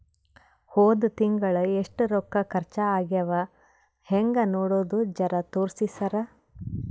ಹೊದ ತಿಂಗಳ ಎಷ್ಟ ರೊಕ್ಕ ಖರ್ಚಾ ಆಗ್ಯಾವ ಹೆಂಗ ನೋಡದು ಜರಾ ತೋರ್ಸಿ ಸರಾ?